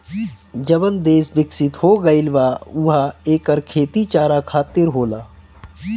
जवन देस बिकसित हो गईल बा उहा एकर खेती चारा खातिर होला